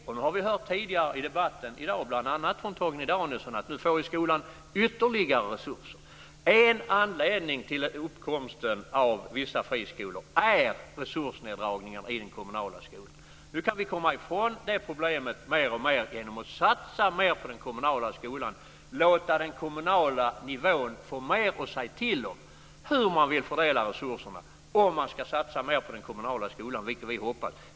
Vi har hört tidigare i debatten i dag, bl.a. från Torgny Danielsson, att nu får skolan ytterligare resurser. En anledning till uppkomsten av vissa friskolor är resursneddragningarna i den kommunala skolan. Nu kan vi komma bort från det problemet mer och mer genom att satsa mer på den kommunala skolan. Vi låter den kommunala nivån få mer att säga till om när det gäller hur man vill fördela resurserna och om man ska satsa mer på den kommunala skolan, vilket vi hoppas.